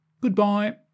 Goodbye